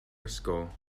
ysgol